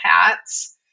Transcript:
hats